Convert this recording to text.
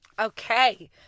okay